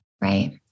Right